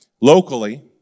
Locally